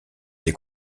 des